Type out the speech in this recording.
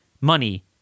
money